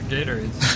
Gatorade